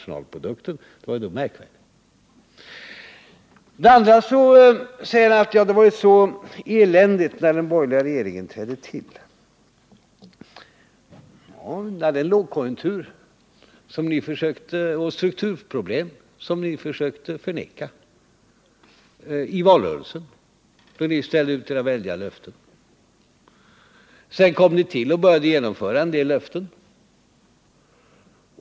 För det andra säger Gösta Bohman att det var så eländigt när den borgerliga regeringen trädde till. Ja, vi hade en lågkonjunktur och strukturproblem som ni försökte förneka i valrörelsen då ni ställde ut era väldiga löften. Sedan kom ni i regeringsställning och började genomföra en del löften.